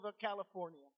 California